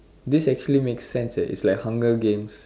this actually makes sense eh is like hunger games